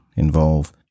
involve